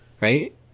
right